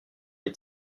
les